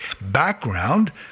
background